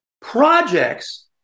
Projects